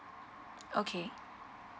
okay